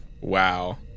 Wow